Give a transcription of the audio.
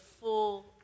full